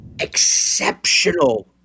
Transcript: exceptional